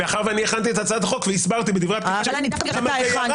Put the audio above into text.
מאחר שהכנתי את הצעת החוק והסברתי בדברי הפתיחה --- דווקא בגלל שהכנת,